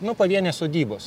nu pavienės sodybos